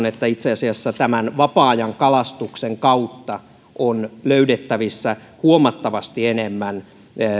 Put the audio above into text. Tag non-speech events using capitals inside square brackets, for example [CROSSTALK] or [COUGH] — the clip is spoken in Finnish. [UNINTELLIGIBLE] että itse asiassa tämän vapaa ajankalastuksen kautta on löydettävissä huomattavasti enemmän